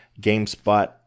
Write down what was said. GameSpot